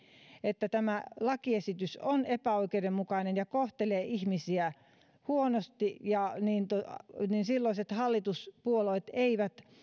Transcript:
että tämä lakiesitys on epäoikeudenmukainen ja kohtelee ihmisiä huonosti silloiset hallituspuolueet eivät